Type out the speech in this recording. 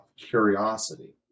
curiosity